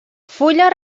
fulles